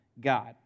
God